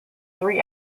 three